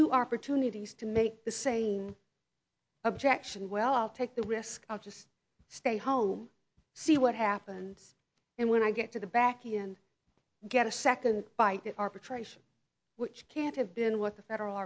to opportunities to make the saying objection well i'll take the risk i'll just stay home see what happens and when i get to the back and get a second bite at arbitration which can't have been what the federal